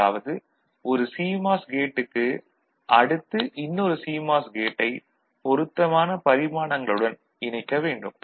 அதாவது ஒரு சிமாஸ் கேட்டுக்கு அடுத்து இன்னொரு சிமாஸ் கேட்டை பொருத்தமான பரிமாணங்களுடன் இணைக்க வேண்டும்